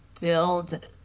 build